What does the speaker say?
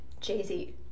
Jay-Z